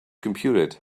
computed